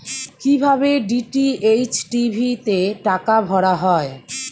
কি ভাবে DTH TV তে টাকা ভরা হয়?